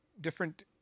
different